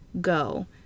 go